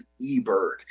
eBird